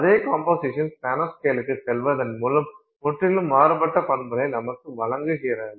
அதே கம்போசிஷன் நானோஸ்கேலுக்குச் செல்வதன் மூலம் முற்றிலும் மாறுபட்ட பண்புகளை நமக்கு வழங்குகிறது